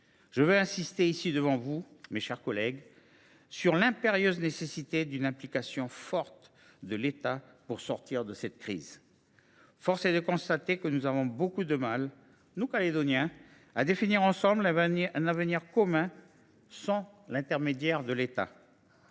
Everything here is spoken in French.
Je veux insister devant vous, mes chers collègues, sur l’impérieuse nécessité d’une implication forte de l’État pour sortir de cette crise. Force est de constater que nous avons beaucoup de mal, nous, les Calédoniens, à définir ensemble un avenir commun sans l’intermédiaire de l’État.